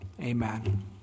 amen